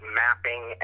mapping